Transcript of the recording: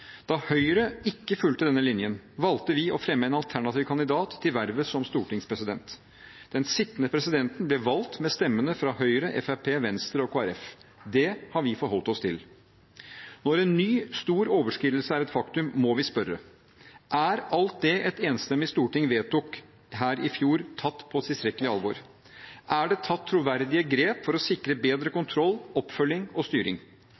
Da Høyre ikke fulgte denne linjen, valgte vi å fremme en alternativ kandidat til vervet som stortingspresident. Den sittende presidenten ble valgt med stemmene fra Høyre, Fremskrittspartiet, Venstre og Kristelig Folkeparti. Det har vi forholdt oss til. Når en ny stor overskridelse er et faktum, må vi spørre: Er alt det et enstemmig storting vedtok her i fjor, tatt på tilstrekkelig alvor? Er det tatt troverdige grep for å sikre bedre kontroll, oppfølging og styring?